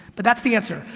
but that's the answer,